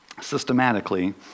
systematically